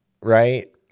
right